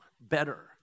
better